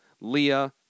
Leah